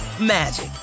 magic